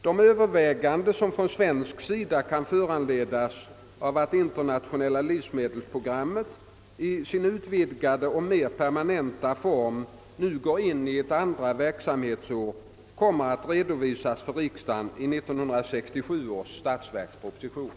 De överväganden, som från svensk sida kan föranledas av att Internationella livsmedelsprogrammet i sin utvidgade och mer permanenta form nu går in på sitt andra verksamhetsår, kommer att redovisas för riksdagen i 1967 års statsverksproposition.